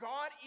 God